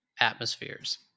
atmospheres